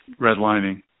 redlining